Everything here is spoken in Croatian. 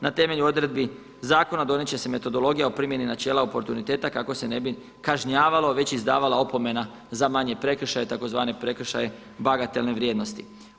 Na temelju odredbi zakona donijet će se metodologija o primjeni načela oportuniteta kako se ne bi kažnjavalo već izdavala opomena za manje prekršaje, tzv. prekršaje bagatelne vrijednosti.